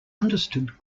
understood